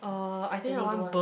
fattening don't want